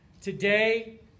Today